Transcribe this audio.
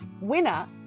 winner